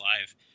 Live